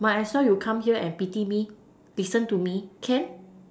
might as well you come here and pity me listen to me can